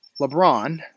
LeBron